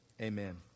Amen